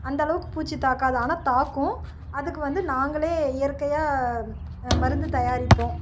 அந்தளவுக்குப் பூச்சி தாக்காது ஆனால் தாக்கும் அதுக்கு வந்து நாங்களே இயற்கையாக மருந்து தயாரிப்போம்